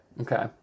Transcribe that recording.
Okay